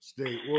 State